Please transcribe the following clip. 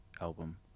album